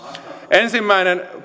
ensimmäinen